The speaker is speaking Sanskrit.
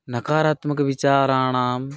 नकरात्मकविचाराणां